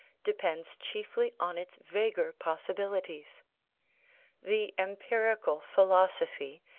depends chiefly on its vaguer possibilities the empirical philosophy,